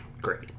Great